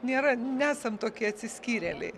nėra nesam tokie atsiskyrėliai